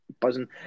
buzzing